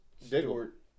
Stewart